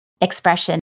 expression